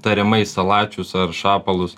tariamai salačius ar šapalus